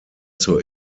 zur